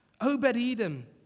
Obed-Edom